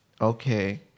Okay